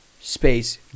space